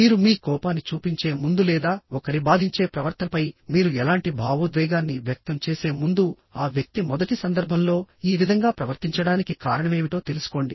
మీరు మీ కోపాన్ని చూపించే ముందు లేదా ఒకరి బాధించే ప్రవర్తనపై మీరు ఎలాంటి భావోద్వేగాన్ని వ్యక్తం చేసే ముందు ఆ వ్యక్తి మొదటి సందర్భంలో ఈ విధంగా ప్రవర్తించడానికి కారణమేమిటో తెలుసుకోండి